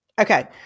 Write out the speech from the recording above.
okay